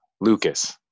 Lucas